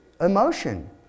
emotion